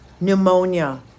pneumonia